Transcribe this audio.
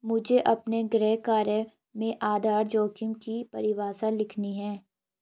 मुझे अपने गृह कार्य में आधार जोखिम की परिभाषा लिखनी है